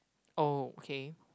okay